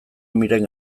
miren